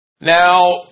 Now